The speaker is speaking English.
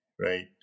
right